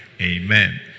Amen